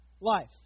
life